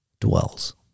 dwells